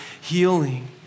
healing